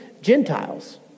Gentiles